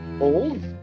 old